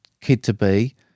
kid-to-be